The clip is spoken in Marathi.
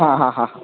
हां हां हां